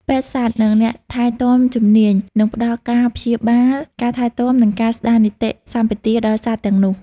ពេទ្យសត្វ និងអ្នកថែទាំជំនាញនឹងផ្តល់ការព្យាបាល ការថែទាំ និងការស្តារនីតិសម្បទាដល់សត្វទាំងនោះ។